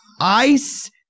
Ice